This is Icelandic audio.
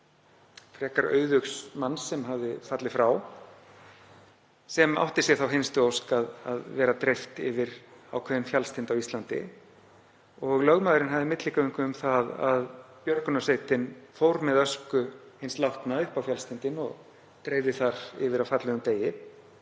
frekar auðugs manns sem hafði fallið frá sem átti sér þá hinstu ósk að vera dreift yfir ákveðinn fjallstind á Íslandi. Lögmaðurinn hafði milligöngu um að björgunarsveitin fór með ösku hins látna upp á fjallstindinn og dreifði henni þar yfir á fallegum degi.